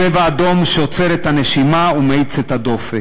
"צבע אדום" שעוצר את הנשימה ומאיץ את הדופק.